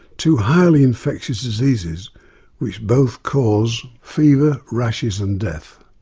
two highly infectious diseases which both cause fever, rashes and death.